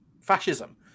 fascism